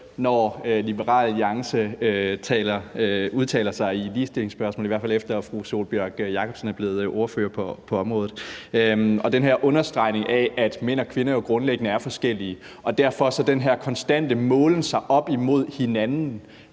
når Liberal Alliance udtaler sig i ligestillingsspørgsmål, i hvert fald efter at fru Sólbjørg Jakobsen er blevet ordfører på området. Der er den her understregning af, at mænd og kvinder grundlæggende er forskellige. Derfor er den her konstante målen sig op imod hinanden